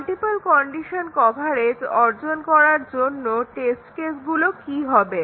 multiple condition coverage অর্জন করার জন্য টেস্ট কেসগুলো কি হবে